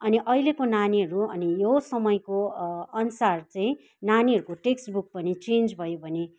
अनि अहिलेको नानीहरू अनि यो समयको अनुसार चाहिँ नानीहरूको टेक्स्ट बुक पनि चेन्ज भयो भने